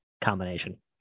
combination